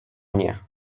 mnie